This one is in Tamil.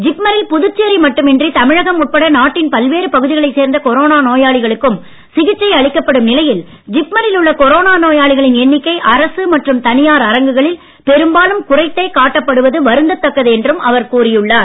ஜிப்மரில் புதுச்சேரி மட்டும் இன்றி தமிழகம் உட்பட நாட்டின் பல்வேறு பகுதிகளைச் சேர்ந்த கொரோனா நோயாளிகளுக்கும் சிகிச்சை அளிக்கப்படும் நிலையில் ஜிப்மரில் உள்ள கொரோனா நோயாளிகளின் எண்ணிக்கை அரசு மற்றும் தனியார் அரங்குகளில் பெரும்பாலும் குறைத்தே காட்டப்படுவது வருந்த தக்கது என்றும் அவர் கூறியுள்ளார்